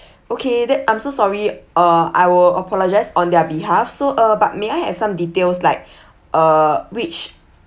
okay that I'm so sorry uh I will apologize on their behalf so uh but may I have some details like uh which